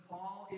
Paul